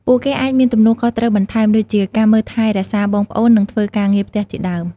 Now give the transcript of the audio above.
ពួកគេអាចមានទំនួលខុសត្រូវបន្ថែម ដូចជាការមើលថែរក្សាបងប្អូន និងធ្វើការងារផ្ទះជាដើម។